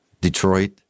Detroit